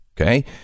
okay